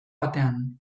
betean